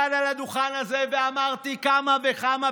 מכתב